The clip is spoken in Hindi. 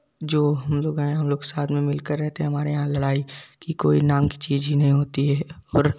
जो हम लोग हैं हम लोग साथ में मिल कर रहते हैं हमारे यहाँ लड़ाई कि कोई नाम की चीज़ ही नहीं होती है और